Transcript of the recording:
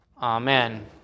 Amen